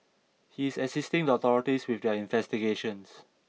he is assisting the authorities with their investigations